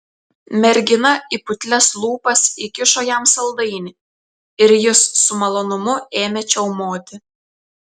mergina į putlias lūpas įkišo jam saldainį ir jis su malonumu ėmė čiaumoti